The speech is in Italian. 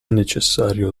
necessario